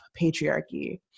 patriarchy